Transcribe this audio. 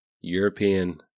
European